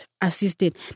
assisted